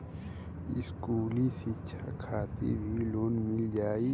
इस्कुली शिक्षा खातिर भी लोन मिल जाई?